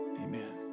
Amen